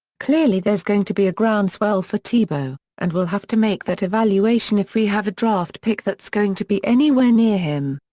clearly there's going to be a groundswell for tebow, and we'll have to make that evaluation if we have a draft pick that's going to be anywhere near him.